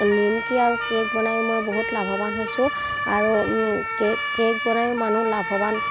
নিমকি আৰু কেক বনাই মই বহুত লাভৱান হৈছোঁ আৰু কেক কেক বনাইও মানুহ লাভৱান